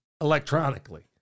electronically